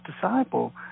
disciple